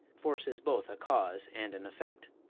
force is both a cause and an effect.